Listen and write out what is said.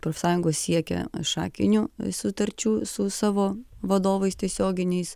profsąjungos siekia šakinių sutarčių su savo vadovais tiesioginiais